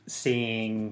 seeing